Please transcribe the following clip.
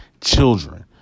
children